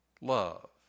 love